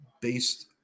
based